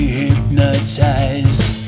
hypnotized